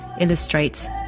illustrates